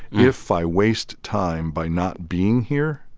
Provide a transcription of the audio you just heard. if i waste time by not being here.